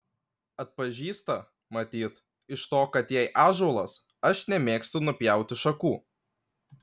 atpažįsta matyt iš to kad jei ąžuolas aš nemėgstu nupjauti šakų